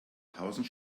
tausend